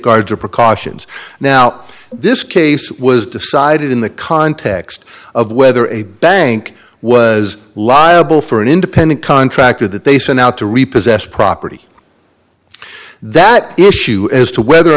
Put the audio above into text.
guards or precautions now this case was decided in the context of whether a bank was liable for an independent contractor that they sent out to repossess property that issue as to whether or